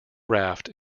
raft